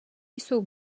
jsou